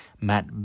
Matt